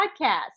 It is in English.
podcast